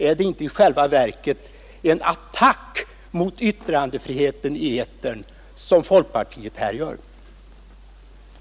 Är det inte i själva verket en attack mot yttrandefriheten i etern som folkpartiet här gör? Herr talman!